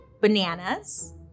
bananas